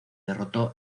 derrotó